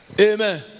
amen